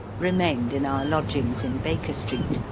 remained in our lodgings in baker street,